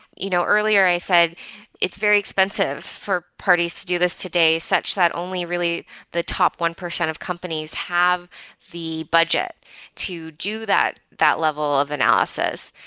you know earlier, i said it's very expensive for parties to do this today such that only really the top one percent of companies have the budget to do that that level of analysis.